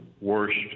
worst